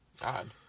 God